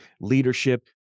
leadership